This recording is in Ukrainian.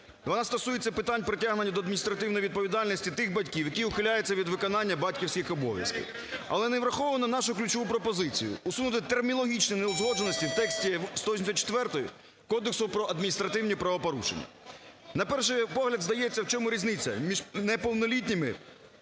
Вона стосується питань притягнення до адміністративної відповідальності тих батьків, які ухиляються від виконання батьківських обов'язків. Але не враховано нашу ключову пропозицію: усунути термінологічні неузгодженості в тексті 184-ї Кодексу про адміністративні правопорушення. На перший погляд здається, в чому різниця між неповнолітніми